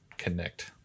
connect